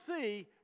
see